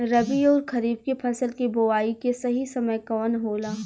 रबी अउर खरीफ के फसल के बोआई के सही समय कवन होला?